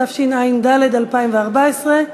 התשע"ד 2014,